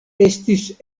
estis